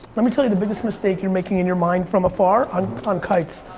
let me tell you the biggest mistake you're making in your mind from afar on on kites.